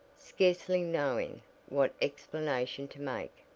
scarcely knowing what explanation to make.